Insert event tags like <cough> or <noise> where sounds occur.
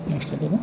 <unintelligible>